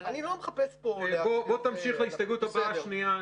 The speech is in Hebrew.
תמשיך להסתייגות הבאה.